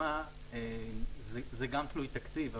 זה גם תלוי תקציב.